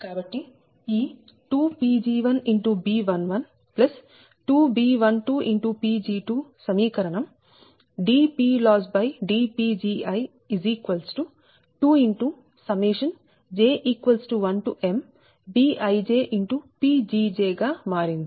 కాబట్టి ఈ 2Pg1B112B12Pg2 సమీకరణంdPLossdPgi2j1mBijPgj గా మారింది